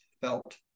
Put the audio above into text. felt